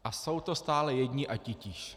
A jsou to stále jedni a titíž.